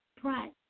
price